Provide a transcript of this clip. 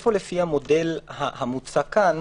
איפה לפי המודל המוצע כאן